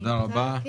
תודה רבה.